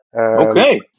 Okay